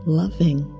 loving